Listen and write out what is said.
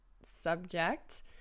subject